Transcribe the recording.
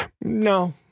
No